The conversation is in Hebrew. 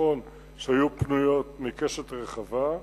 ונכון שהיו פניות מקשת רחבה.